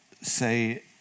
say